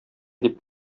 дип